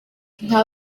nka